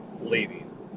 leaving